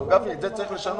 הרב גפני, את זה צריך לשנות.